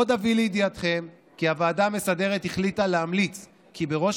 עוד אביא לידיעתכם כי הוועדה המסדרת החליטה להמליץ כי בראש